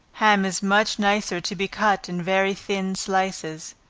ham is much nicer to be cut in very thin slices.